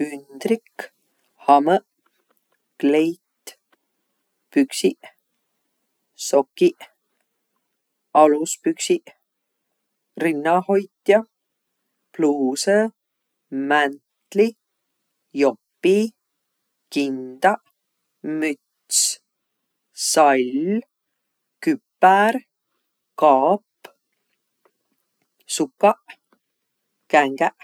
Ündrik, hamõq, kleit, püksiq, sokiq, aluspüksiq, rõnnahoitja, pluusõ, mäntli, jopi, kindaq, müts, sall, küpär, kaap, sukaq, kängäq.